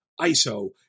ISO